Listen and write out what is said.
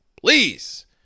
please